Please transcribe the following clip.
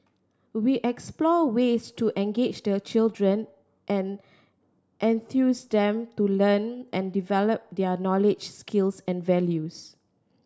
we explore ways to engage the children and enthuse them to learn and develop their knowledge skills and values